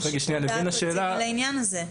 --- לעניין הזה.